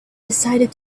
decided